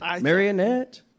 marionette